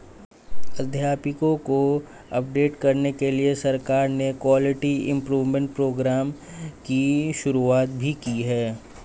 अध्यापकों को अपडेट करने के लिए सरकार ने क्वालिटी इम्प्रूव्मन्ट प्रोग्राम की शुरुआत भी की है